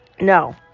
No